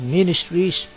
Ministries